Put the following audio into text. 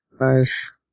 Nice